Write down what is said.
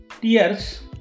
Tears